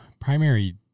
primary